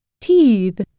teeth